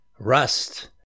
Rust